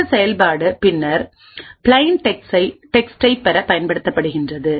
இந்த செயல்பாடு பின்னர்பிளைன் டெக்ஸ்டைப் பெற பயன்படுகிறது